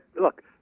look